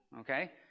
Okay